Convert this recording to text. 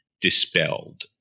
dispelled